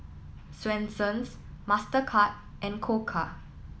Swensens Mastercard and Koka